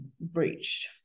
breached